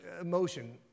emotion